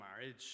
marriage